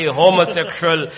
homosexual